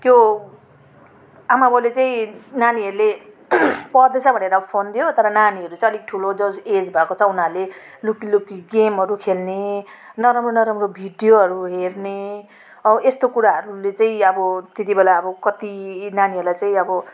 त्यो आमाबाबुले चाहिँ नानीहरूले पढ्दैछ भनेर फोन दियो तर नानीहरू चाहिँ अलिक ठुलो जो एज भएको छ उनीहरूले लुकीलुकी गेमहरू खेल्ने नराम्रो नराम्रो भिडियोहरू हेर्ने अब यस्तो कुराहरूले चाहिँ अब त्यत्ति बेला अब कत्ति यी नानीहरूलाई चाहिँ अब